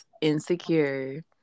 Insecure